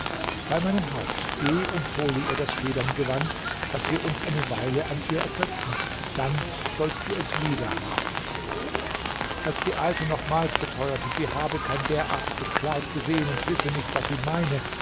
bei meinem haupt geh und hole ihr das federngewand daß wir uns eine weile an ihr ergötzen dann sollst du es wieder haben als die alte nochmals beteuerte sie habe kein derartiges kleid gesehen und wisse nicht was sie meine